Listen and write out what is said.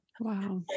Wow